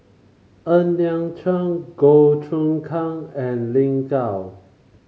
Ng Liang Chiang Goh Choon Kang and Lin Gao